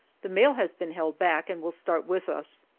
the mail has been held back, and will start with us.